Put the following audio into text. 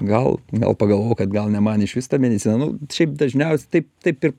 gal gal pagalvojau kad gal ne man išvis ta medicina nu šiaip dažniausiai taip taip ir